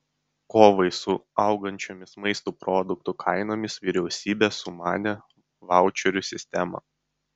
kovai su augančiomis maisto produktų kainomis vyriausybė sumanė vaučerių sistemą